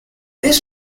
this